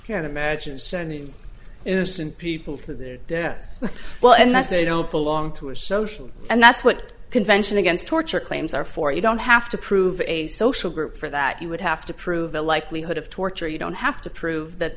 can't imagine sending innocent people to their death well and that they don't belong to a social and that's what convention against torture claims are for you don't have to prove a social group for that you would have to prove the likelihood of torture you don't have to prove that